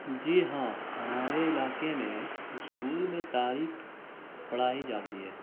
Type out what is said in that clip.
جی ہاں ہمارے علاقے میں اسکول میں تاریخ پڑھائی جاتی ہے